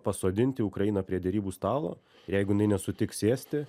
pasodinti ukrainą prie derybų stalo jeigu nesutiks sėsti